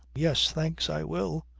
yes, thanks, i will.